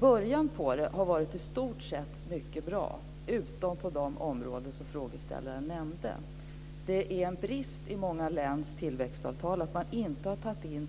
Början var i stort sett mycket bra, utom på de områden som frågeställaren nämnt. I många läns tillväxtavtal är det en brist att nya grupper inte